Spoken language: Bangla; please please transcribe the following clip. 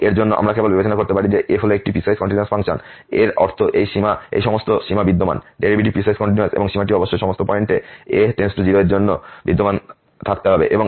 এবং এর জন্য আমরা কেবল বিবেচনা করতে পারি যে f হল একটি পিসওয়াইস কন্টিনিউয়াস ফাংশন এর অর্থ এই সমস্ত সীমা বিদ্যমান ডেরিভেটিভটি পিসওয়াইস কন্টিনিউয়াস এবং এই সীমাটি অবশ্যই সমস্ত পয়েন্ট a∈ L L এর জন্য বিদ্যমান থাকতে হবে